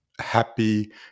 happy